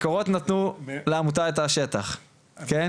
מקורות נתנו לעמותה את השטח, כן?